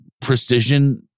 precision